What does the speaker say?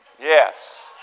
Yes